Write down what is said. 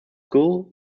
gull